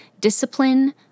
discipline